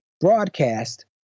broadcast